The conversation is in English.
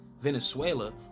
Venezuela